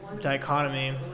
dichotomy